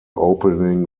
opening